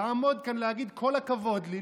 לעמוד כאן ולהגיד "כל הכבוד לי",